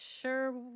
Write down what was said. sure